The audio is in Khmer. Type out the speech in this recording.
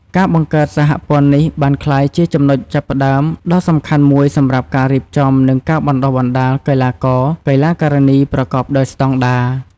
ការបង្កើតសហព័ន្ធនេះបានក្លាយជាចំណុចចាប់ផ្តើមដ៏សំខាន់មួយសម្រាប់ការរៀបចំ និងការបណ្ដុះបណ្ដាលកីឡាករ-កីឡាការិនីប្រកបដោយស្តង់ដារ។